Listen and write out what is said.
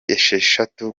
esheshatu